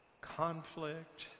conflict